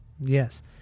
Yes